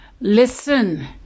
Listen